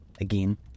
Again